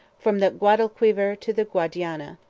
from the guadalquivir to the guadiana.